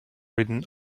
reading